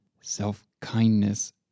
self-kindness